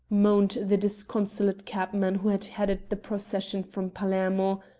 moaned the disconsolate cabman who had headed the procession from palermo,